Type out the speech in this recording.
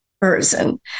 person